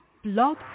Blog